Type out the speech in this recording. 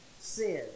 sin